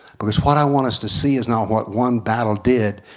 because what i wanted to see is not what one battle did,